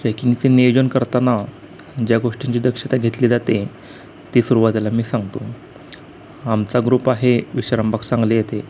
ट्रेकिंगचे नियोजन करताना ज्या गोष्टींची दक्षता घेतली जाते ती सुरवातीला मी सांगतो आमचा ग्रुप आहे विश्रामबाग सांगली येथे